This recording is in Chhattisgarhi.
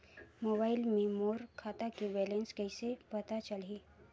मोबाइल मे मोर खाता के बैलेंस कइसे पता चलही?